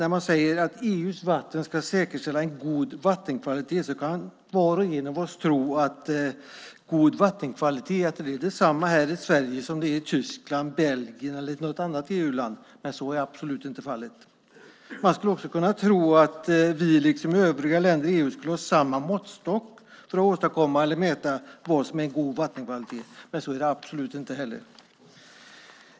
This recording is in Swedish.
När man säger att EU:s vattendirektiv ska säkerställa en god vattenkvalitet kan var och en av oss tro att god vattenkvalitet är detsamma här i Sverige som det är i Tyskland, Belgien eller något annat EU-land, men så är absolut inte fallet. Man skulle också kunna tro att vi liksom övriga länder i EU skulle ha samma måttstock för att åstadkomma eller mäta vad som är god vattenkvalitet, men så är det absolut inte heller.